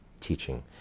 teaching